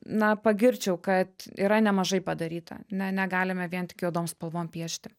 na pagirčiau kad yra nemažai padaryta ne negalime vien tik juodom spalvom piešti